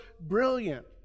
brilliant